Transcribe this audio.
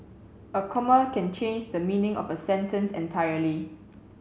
a comma can change the meaning of a sentence entirely